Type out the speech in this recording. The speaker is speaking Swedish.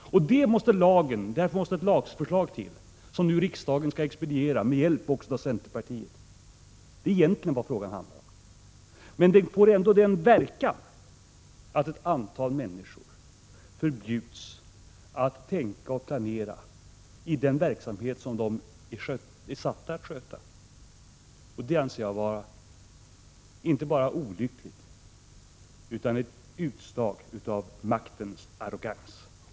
Och därför måste ett lagförslag till, som riksdagen nu skall expediera med också centerpartiets hjälp. Det är alltså vad frågan egentligen handlar om. Men det får ändå den verkan att ett antal människor förbjuds att tänka och planera i den verksamhet som de är satta att sköta. Detta anser jag vara inte bara olyckligt utan också ett utslag av maktarrogans.